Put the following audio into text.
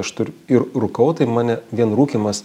aš tur ir rūkau tai mane vien rūkymas